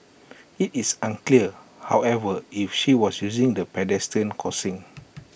IT is unclear however if she was using the pedestrian crossing